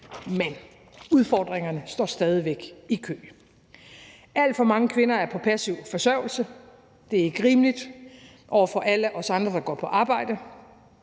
Men udfordringerne står stadig væk i kø. Alt for mange kvinder er på passiv forsørgelse. Det er ikke rimeligt over for alle os andre, der går på arbejde.